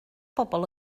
bobl